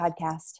podcast